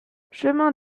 chemin